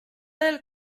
del